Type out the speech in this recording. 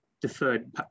deferred